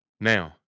Now